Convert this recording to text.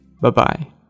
Bye-bye